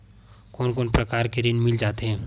कोन कोन प्रकार के ऋण मिल जाथे?